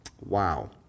Wow